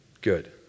Good